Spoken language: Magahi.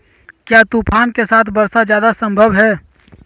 क्या तूफ़ान के साथ वर्षा जायदा संभव है?